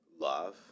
love